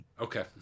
okay